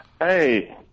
Hey